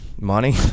Money